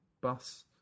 bus